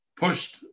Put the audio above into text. pushed